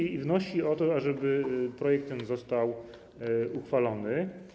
Komisja wnosi o to, ażeby projekt ten został uchwalony.